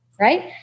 Right